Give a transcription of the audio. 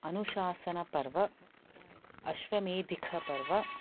अनुसाशनपर्व अश्वमेधिकपर्व